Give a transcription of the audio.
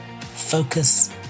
Focus